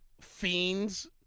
fiends